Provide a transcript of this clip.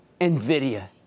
NVIDIA